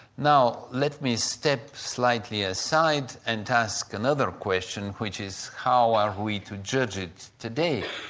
now let me step slightly aside and ask another question, which is how are we to judge it today,